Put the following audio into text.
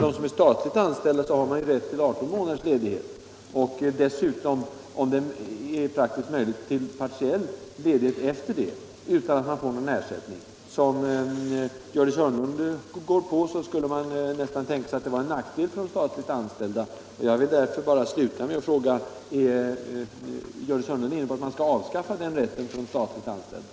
De statligt anställda har ju rätt till 18 månaders ledighet och dessutom, om det är praktiskt möjligt, efter denna tid rätt till partiell ledighet utan ersättning. Så som Gördis Hörnlund går på skulle man nästan tänka sig att detta var en nackdel för de statligt anställda. Jag vill därför bara sluta med att fråga: Är Gördis Hörnlund inne på tanken att man skall avskaffa denna rätt för de statligt anställda?